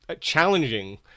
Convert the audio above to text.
challenging